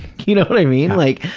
you know what i mean? like,